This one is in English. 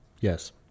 Yes